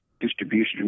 distribution